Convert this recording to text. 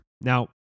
Now